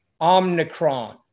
Omicron